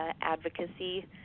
advocacy